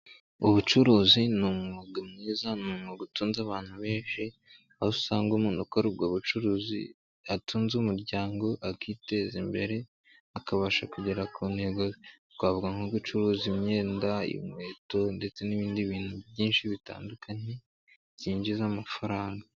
Ubucuruzi ni umwuga mwiza, n'umwuga utunze abantu benshi aho usanga umuntu ukora ubwo bucuruzi atunze umuryango akiteza imbere akabasha kugera ku ntego twavuga nko gucuruza imyenda, inkweto ndetse n'ibindi bintu byinshi bitandukanye byinjiza amafaranga.